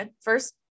first